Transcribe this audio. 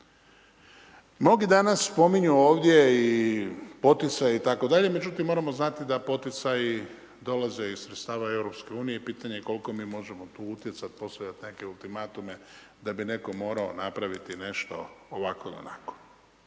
Mnogi danas spominju ovdje poticaje itd. Međutim, moramo znati da poticaji dolaze iz sredstava EU i pitanje je koliko mi možemo utjecati postaviti neke ultimatume, da bi netko morao napraviti nešto ovako ili onako.